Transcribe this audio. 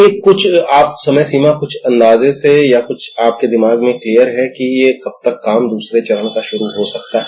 एक कुछ और समय सीमा अन्दाजन या कुछ आप के दिमाग में क्लीयर है कि ये कब तक काम दूसरे चरण का शुरू हो सकता है